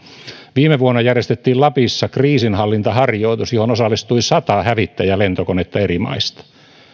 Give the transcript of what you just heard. viime vuonna järjestettiin lapissa kriisinhallintaharjoitus johon osallistui sata hävittäjälentokonetta eri maista